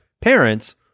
parents